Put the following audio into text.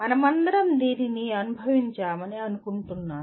మనమందరం దీనిని అనుభవించామని అనుకుంటున్నాను